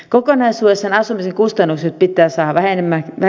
kokonaisuudessaan asumisen kustannukset pitää saada vähenemään